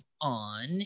on